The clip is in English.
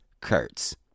Kurtz